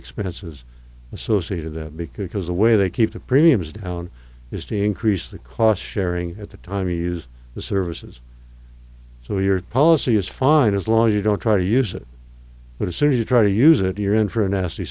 expenses associated that because the way they keep the premiums down is to increase the cost sharing at the time you use the services so your policy is fine as long as you don't try to use it for the city to try to use it you're in for a nasty